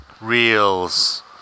Reels